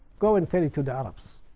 go and tell it to the arabs.